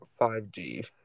5G